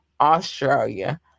Australia